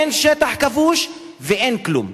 אין שטח כבוש ואין כלום.